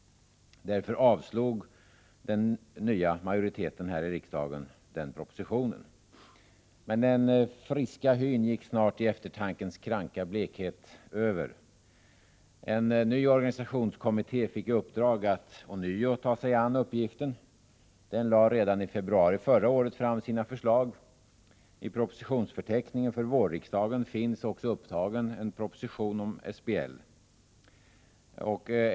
Därför avslog den nya majoriteten här i riksdagen propositionen. Men den friska hyn gick snart i eftertankens kranka blekhet över. En ny organisationskommitté fick i uppdrag att ånyo ta sig an uppgiften. Den lade redan i februari förra året fram sina förslag. I propositionsförteckningen för vårriksdagen finns också upptagen en proposition om SBL.